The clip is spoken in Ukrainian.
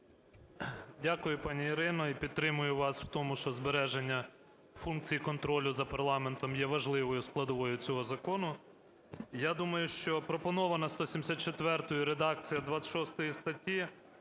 Дякую, пані Ірина. І підтримую вас у тому, що збереження функцій контролю за парламентом є важливою складовою цього закону. Я думаю, що пропонована 174-ю редакція 26 статті